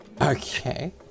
Okay